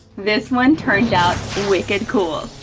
this one turned out wicked cool.